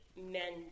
men